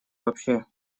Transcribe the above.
вообще